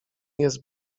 jest